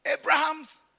Abraham's